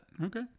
Okay